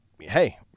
hey